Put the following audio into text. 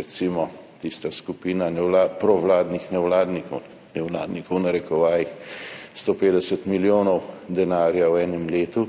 recimo, tista skupina provladnih »nevladnikov«, nevladnikov v narekovajih, 150 milijonov denarja v enem letu.